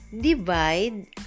Divide